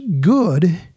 good